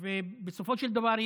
בסופו של דבר,